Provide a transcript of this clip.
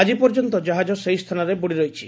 ଆଜି ପର୍ଯ୍ୟନ୍ତ କାହାଜ ସେହି ସ୍ଚାନରେ ବୁଡି ରହିଛି